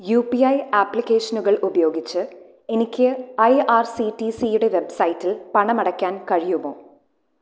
U P I ആപ്ലിക്കേഷനുകൾ ഉപയോഗിച്ച് എനിക്ക് ഐ ആർ സി ടി സിയുടെ വെബ്സൈറ്റിൽ പണമടയ്ക്കാൻ കഴിയുമോ